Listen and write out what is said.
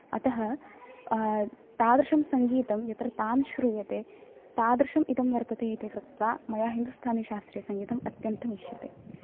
अतः तादृशं संगीतं यत्र तान् श्रूयते तादृशम् इदं वर्तते इति कृत्वा मया हिन्दुस्थानिशास्त्रीयसङ्गीतं अत्यन्तम् इष्यते